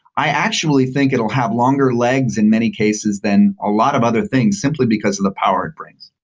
i actually think it'll have longer legs in many cases than a lot of other things simply because of the power it brings.